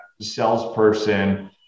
salesperson